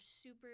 super